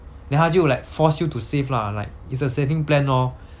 then 它就 like force you to save lah like it's a saving plan lor